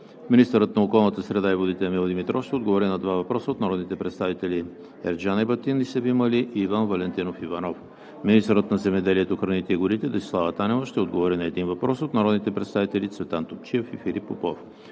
Министърът на околната среда и водите Емил Димитров ще отговори на два въпроса от народните представители Ерджан Ебатин и Севим Али; и Иван Валентинов Иванов. 2. Министърът на земеделието, храните и горите Десислава Танева ще отговори на един въпрос от народните представители Цветан Топчиев и Филип Попов.